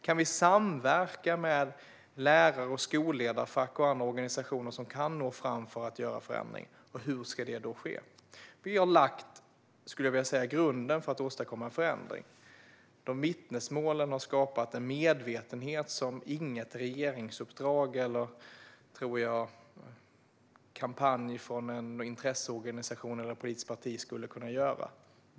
Kan vi samverka med lärare, skolledarfack och andra organisationer som kan nå fram för att göra förändringar? Och hur ska det i så fall ske? Vi har lagt grunden för att åstadkomma en förändring. Vittnesmålen har skapat en medvetenhet som jag inte tror att något regeringsuppdrag eller någon kampanj från en intresseorganisation eller ett politiskt parti skulle kunna göra.